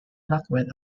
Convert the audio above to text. rockwell